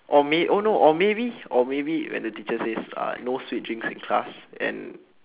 or may~ oh no or maybe or maybe when the teacher uh says no sweet drinks in class and